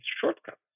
shortcuts